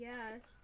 Yes